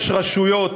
יש רשויות,